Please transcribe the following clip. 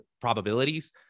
probabilities